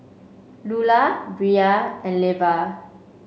Lulah Bria and Leva